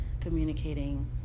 communicating